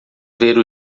ver